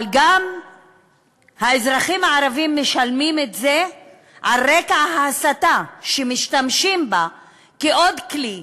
אבל האזרחים הערבים גם משלמים את זה על רקע ההסתה שמשתמשים בה כעוד כלי,